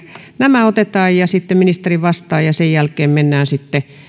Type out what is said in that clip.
nämä otetaan ja sitten ministeri vastaa ja sen jälkeen sitten myöhemmin